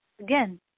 again